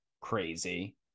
crazy